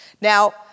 Now